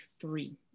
three